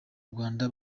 rwanda